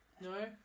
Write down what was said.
no